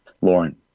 Lauren